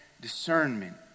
discernment